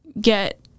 get